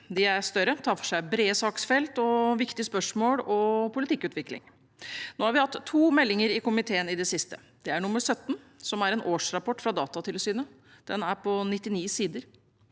De er større, tar for seg brede saksfelt, viktige spørsmål og politikkutvikling. Vi har hatt to meldinger i komiteen i det siste. Det er Meld. St. 17 for 2021–2022, som er en årsrapport fra Datatilsynet. Den er på 99 sider.